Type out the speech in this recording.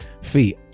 Fee